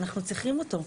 אנחנו צריכים אותו.